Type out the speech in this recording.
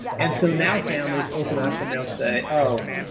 and so, now families open up and they'll say, oh,